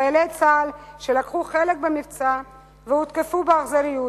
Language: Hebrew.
לחיילי צה"ל שלקחו חלק במבצע והותקפו באכזריות.